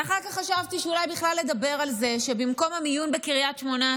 ואחר כך חשבתי שאולי בכלל לדבר על זה שבמקום המיון בקריית שמונה,